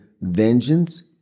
vengeance